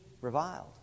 reviled